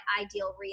ideal